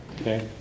okay